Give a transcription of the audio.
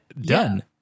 Done